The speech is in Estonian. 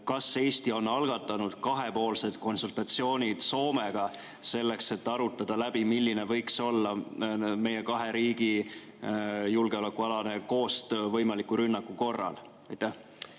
on Eesti algatanud kahepoolsed konsultatsioonid Soomega, selleks et arutada läbi, milline võiks olla meie kahe riigi julgeolekualane koostöö võimaliku rünnaku korral? Aitäh,